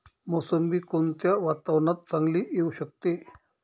मोसंबी कोणत्या वातावरणात चांगली येऊ शकते?